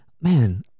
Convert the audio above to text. man